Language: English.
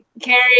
Carrie